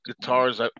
guitars